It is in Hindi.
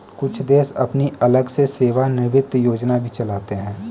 कुछ देश अपनी अलग से सेवानिवृत्त योजना भी चलाते हैं